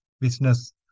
business